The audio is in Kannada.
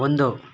ಒಂದು